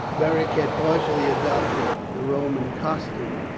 beric had partially adopted the roman costume,